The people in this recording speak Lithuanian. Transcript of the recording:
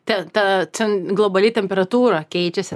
ten ta ten globali temperatūra keičiasi